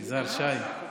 רק שר, רק שר.